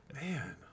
Man